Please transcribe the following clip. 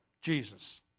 Jesus